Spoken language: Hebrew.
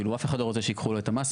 כאילו אף אחד לא רוצה שייקחו לו את המס.